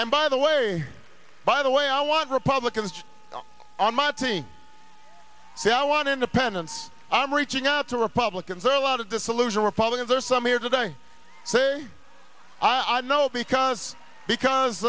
and by the way by the way i want republicans on my team that won independence i'm reaching out to republicans are a lot of disillusioned republicans or some here today say i know it because because